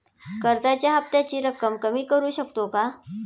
कर्जाच्या हफ्त्याची रक्कम कमी करू शकतो का?